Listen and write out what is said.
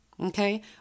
Okay